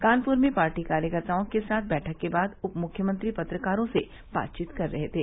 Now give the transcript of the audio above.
कानपर में पार्टी कार्यकर्ताओं के साथ बैठक के बाद उप मुख्यमंत्री पत्रकारों से बातवीत कर रहे थे